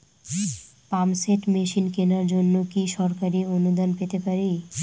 Pump set machine কেনার জন্য কি সরকারি অনুদান পেতে পারি?